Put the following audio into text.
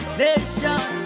nation